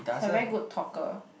he's a very good talker